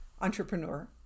Entrepreneur